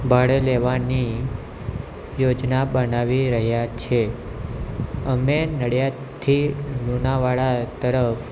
ભાડે લેવાની યોજના બનાવી રહ્યા છીએ અમે નડિયાદથી લુનાવાડા તરફ